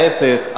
להיפך,